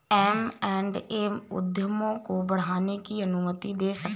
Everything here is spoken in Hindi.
एम एण्ड ए उद्यमों को बढ़ाने की अनुमति दे सकता है